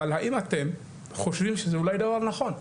אבל האם אתם חושבים שזה אולי דבר נכון,